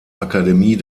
akademie